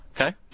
Okay